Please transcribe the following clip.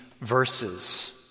verses